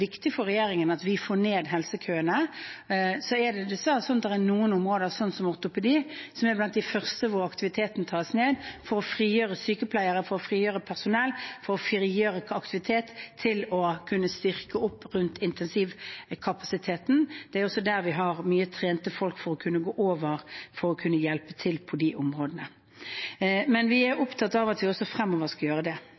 viktig for regjeringen at vi får ned helsekøene. Dessverre er det slik at noen områder, som ortopedi, er blant de første hvor aktiviteten tas ned for å frigjøre sykepleiere, for å frigjøre personell, for å frigjøre aktivitet til å kunne styrke opp rundt intensivkapasiteten. Det er også der vi har mye trente folk som kan gå over for å hjelpe til på de områdene. Men vi er